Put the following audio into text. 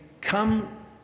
come